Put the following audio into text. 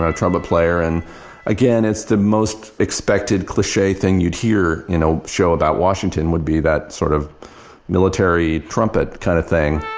ah player and again, it's the most expected cliche thing you'd hear in a show about washington would be that sort of military trumpet kind of thing.